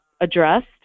addressed